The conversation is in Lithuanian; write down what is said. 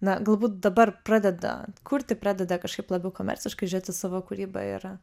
na galbūt dabar pradeda kurti pradeda kažkaip labiau komerciškai žiūrėt į savo kūrybą ir